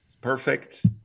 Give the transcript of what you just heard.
perfect